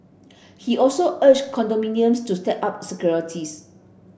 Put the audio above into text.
he also urged condominiums to step up securities